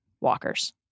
walkers